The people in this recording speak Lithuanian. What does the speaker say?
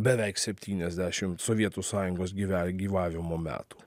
beveik septyniasdešim sovietų sąjungos gyve gyvavimo metų